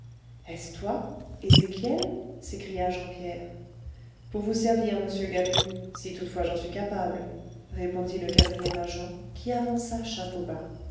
toi ézéchiel s'écria jean pierre pour vous servir monsieur gâteloup si toutefois j'en suis capable répondit le quatrième agent qui avança chapeau bas